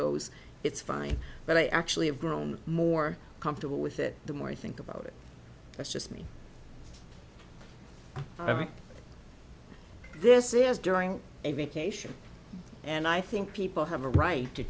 goes it's fine but i actually have grown more comfortable with it the more i think about it that's just me i mean this is during a vacation and i think people have a right to